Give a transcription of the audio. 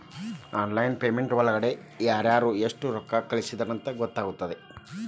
Online payment ಒಳಗಡೆ ಯಾರ್ಯಾರು ಎಷ್ಟು ರೊಕ್ಕ ಕಳಿಸ್ಯಾರ ಅಂತ ಹೆಂಗ್ ಗೊತ್ತಾಗುತ್ತೆ?